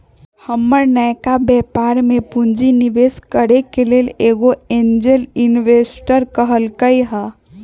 हमर नयका व्यापर में पूंजी निवेश करेके लेल एगो एंजेल इंवेस्टर कहलकै ह